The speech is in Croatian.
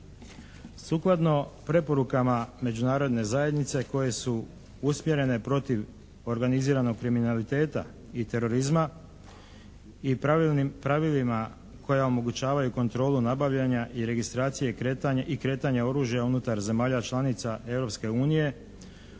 Sukladno preporuku Međunarodne zajednice koje su usmjerene protiv organiziranog kriminaliteta i terorizma i pravilima koja omogućavaju kontrolu nabavljanja i registracije i kretanje oružja unutar zemalja članica